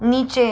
नीचे